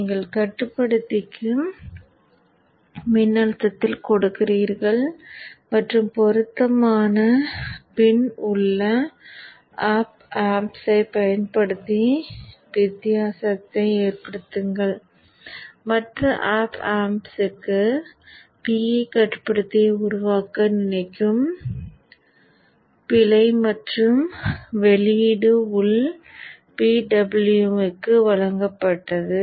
நீங்கள் கட்டுப்படுத்திக் மின்னழுத்தத்தில் கொடுக்கிறீர்கள் மற்றும் பொருத்தமான பின் உள்ள op amps ஐப் பயன்படுத்தி வித்தியாசத்தை ஏற்படுத்துங்கள் மற்ற op amps க்கு PI கட்டுப்படுத்தியை உருவாக்க நினைக்கும் பிழை மற்றும் வெளியீடு உள் PWM க்கு வழங்கப்பட்டது